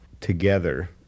together